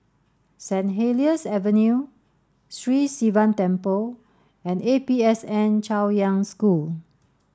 Saint Helier's Avenue Sri Sivan Temple and A P S N Chaoyang School